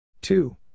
Two